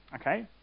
okay